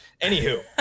anywho